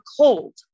cold